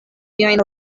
miajn